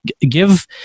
give